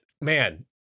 man